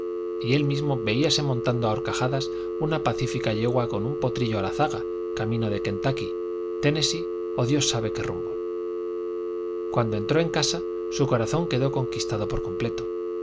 y él mismo veíase montando a horcajadas una pacífica yegua con un potrillo a la zaga camino de kentucky tennessee o dios sabe qué rumbo cuando entró en la casa su corazón quedó conquistado por completo